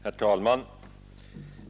Herr talman!